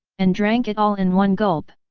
and drank it all in one gulp.